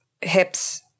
hips